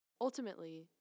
Ultimately